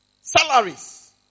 salaries